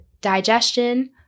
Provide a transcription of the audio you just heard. digestion